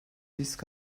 risk